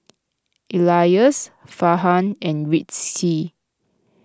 Elyas Farhan and Rizqi